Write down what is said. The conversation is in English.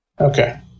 Okay